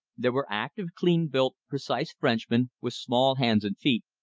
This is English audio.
there were active, clean-built, precise frenchmen, with small hands and feet,